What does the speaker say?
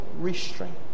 restraint